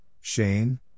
Shane